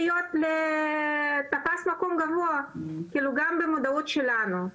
תפס מקום גבוהה, גם במודעות שלנו,